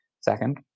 Second